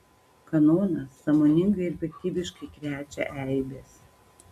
kanonas sąmoningai ir piktybiškai krečia eibes